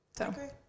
Okay